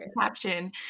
caption